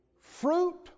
Fruit